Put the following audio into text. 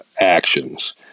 actions